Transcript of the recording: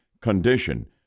condition